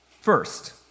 first